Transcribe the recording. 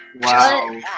Wow